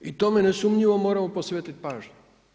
I tome nesumnjivo moramo posvetiti pažnju.